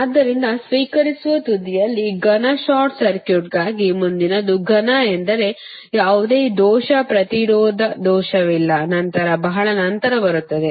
ಆದ್ದರಿಂದ ಸ್ವೀಕರಿಸುವ ತುದಿಯಲ್ಲಿ ಘನ ಶಾರ್ಟ್ ಸರ್ಕ್ಯೂಟ್ಗಾಗಿ ಮುಂದಿನದು ಘನ ಎಂದರೆ ಯಾವುದೇ ದೋಷ ಪ್ರತಿರೋಧ ದೋಷವಿಲ್ಲ ನಂತರ ಬಹಳ ನಂತರ ಬರುತ್ತದೆ